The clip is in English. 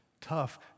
tough